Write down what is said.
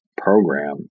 program